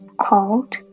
called